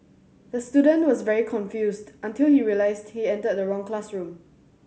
the student was very confused until he realised he entered the wrong classroom